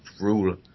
rule